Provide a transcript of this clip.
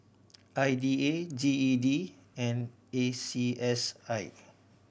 I D A G E D and A C S I